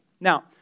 Now